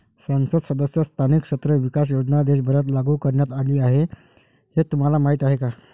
संसद सदस्य स्थानिक क्षेत्र विकास योजना देशभरात लागू करण्यात आली हे तुम्हाला माहीत आहे का?